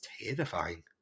terrifying